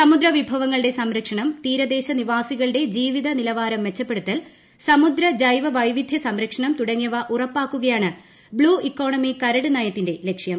സമുദ്ര വിഭവങ്ങളുടെ സംരക്ഷണം തീരദേശ നിവാസികളുടെ ജീവിത നിലവാരം മെച്ചപ്പെടുത്തൽ സമുദ്ര ജൈദ്ധ് വൈവിധ്യ സംരക്ഷണം തുടങ്ങിയവ ഉറപ്പാക്കുകയാണ് ബ്ലും ഇക്കോണമി കരട് നയത്തിന്റെ ലക്ഷ്യം